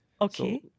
okay